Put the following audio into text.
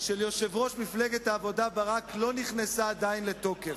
של יושב-ראש מפלגת העבודה ברק עדיין לא נכנסה לתוקף.